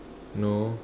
no